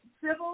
civil